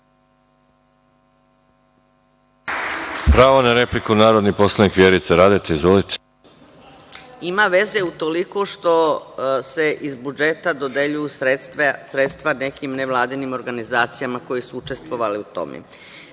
Pravo na repliku narodni poslanik Vjerica Radeta. Izvolite. **Vjerica Radeta** Ima veze u toliko što se iz budžeta dodeljuju sredstva nekim nevladinim organizacijama koje su učestvovale u tome. Mi,